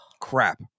Crap